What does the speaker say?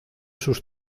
sus